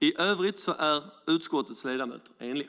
I övrigt är utskottets ledamöter eniga.